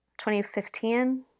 2015